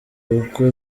ubukwe